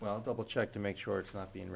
well double check to make sure it's not being